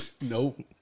No